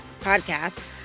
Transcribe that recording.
podcast